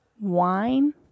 Wine